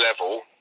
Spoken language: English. level